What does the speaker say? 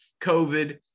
COVID